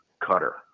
cutter